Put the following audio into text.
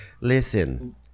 Listen